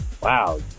Wow